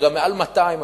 וגם מעל 200,000,